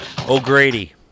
O'Grady